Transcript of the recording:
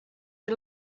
you